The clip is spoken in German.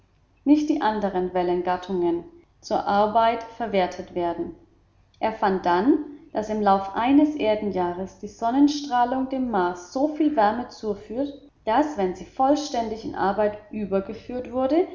nicht die anderen wellengattungen zur arbeit verwertet werden er fand dann daß im lauf eines erdenjahres die sonnenstrahlung dem mars soviel wärme zuführt daß wenn sie vollständig in arbeit übergeführt wurde